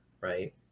right